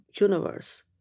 universe